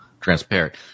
transparent